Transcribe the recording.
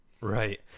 right